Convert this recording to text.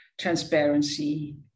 transparency